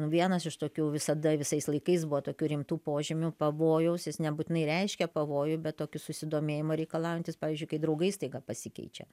vienas iš tokių visada visais laikais buvo tokių rimtų požymių pavojaus jis nebūtinai reiškia pavojų bet tokį susidomėjimo reikalaujantis pavyzdžiui kai draugai staiga pasikeičia